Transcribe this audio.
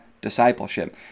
discipleship